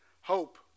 hope